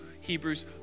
Hebrews